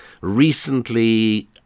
recently